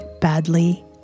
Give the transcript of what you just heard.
badly